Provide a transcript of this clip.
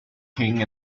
king